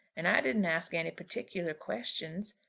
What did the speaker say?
and i didn't ask any particular questions.